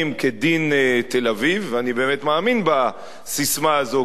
כדין תל-אביב" ואני באמת מאמין בססמה הזאת,